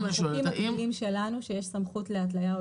בחוקים שלנו כשיש סמכות להתליה או